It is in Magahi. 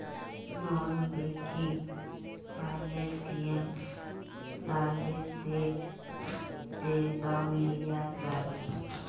नॉन बैंकिंग फाइनेंशियल सर्विसेज से लोन लिया जाबे?